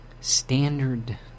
standard